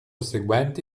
seguente